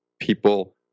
people